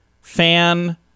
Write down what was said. fan